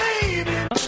baby